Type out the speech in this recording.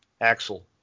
Axel